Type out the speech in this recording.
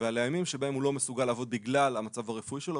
ועל הימים בהם הוא לא מסוגל לעבוד בגלל המצב הרפואי שלו,